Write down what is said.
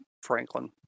Franklin